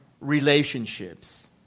relationships